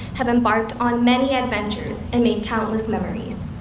have embarked on many adventures and made countless memories.